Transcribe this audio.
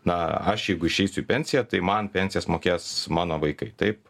na aš jeigu išeisiu į pensiją tai man pensijas mokės mano vaikai taip